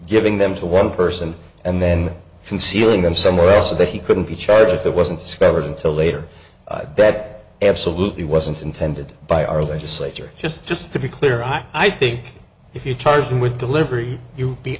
giving them to one person and then concealing them somewhere else so that he couldn't be charged if it wasn't discovered until later that absolutely wasn't intended by our legislature just just to be clear i think if you charge him with delivery you be